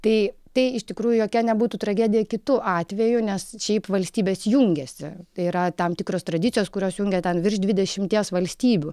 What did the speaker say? tai tai iš tikrųjų jokia nebūtų tragedija kitu atveju nes šiaip valstybės jungiasi tai yra tam tikros tradicijos kurios jungia ten virš dvidešimties valstybių